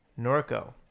norco